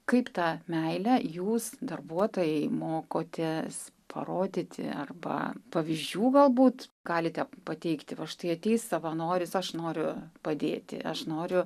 kaip tą meilę jūs darbuotojai mokotės parodyti arba pavyzdžių galbūt galite pateikti va štai ateis savanoris aš noriu padėti aš noriu